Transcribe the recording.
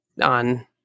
on